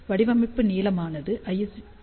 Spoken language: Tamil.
வடிவமைப்பு நீளமான l 31